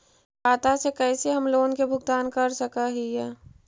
खाता से कैसे हम लोन के भुगतान कर सक हिय?